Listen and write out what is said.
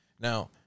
Now